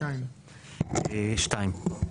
(2)